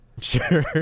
sure